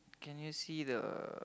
can you see the